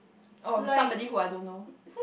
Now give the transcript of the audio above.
oh somebody who I don't know